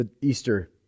Easter